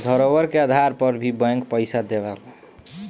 धरोहर के आधार पर भी बैंक पइसा देवेला